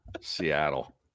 Seattle